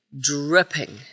dripping